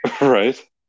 right